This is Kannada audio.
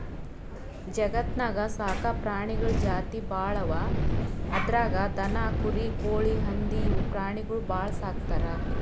ಜಗತ್ತ್ನಾಗ್ ಸಾಕ್ ಪ್ರಾಣಿಗಳ್ ಜಾತಿ ಭಾಳ್ ಅವಾ ಅದ್ರಾಗ್ ದನ, ಕುರಿ, ಕೋಳಿ, ಹಂದಿ ಇವ್ ಪ್ರಾಣಿಗೊಳ್ ಭಾಳ್ ಸಾಕ್ತರ್